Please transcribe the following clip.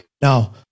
Now